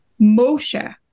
Moshe